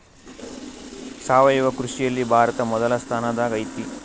ಸಾವಯವ ಕೃಷಿಯಲ್ಲಿ ಭಾರತ ಮೊದಲ ಸ್ಥಾನದಾಗ್ ಐತಿ